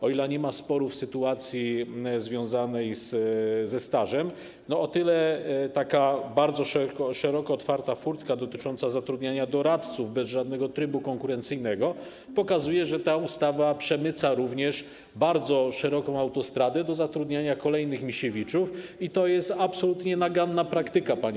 O ile nie ma sporów w sytuacji związanej ze stażem, o tyle taka bardzo szeroko otwarta furtka dotycząca zatrudniania doradców bez żadnego trybu konkurencyjnego pokazuje, że ta ustawa przemyca również bardzo szeroką autostradę do zatrudniania kolejnych Misiewiczów i to jest absolutnie naganna praktyka, panie